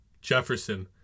Jefferson